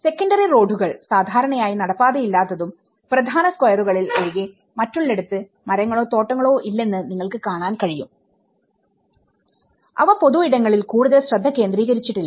സെക്കന്ററിറോഡുകൾ സാധാരണയായി നടപ്പാതയില്ലാത്തതും പ്രധാന സ്ക്വയറുകളിൽ ഒഴികെ മറ്റുള്ളിടത് മരങ്ങളോ തോട്ടങ്ങളോ ഇല്ലെന്നും നിങ്ങൾക്ക് കാണാൻ കഴിയും അവ പൊതു ഇടങ്ങളിൽ കൂടുതൽ ശ്രദ്ധ കേന്ദ്രീകരിച്ചിട്ടില്ല